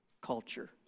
culture